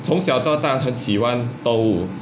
从小到大很喜欢动物